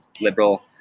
liberal